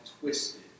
twisted